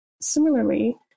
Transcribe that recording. Similarly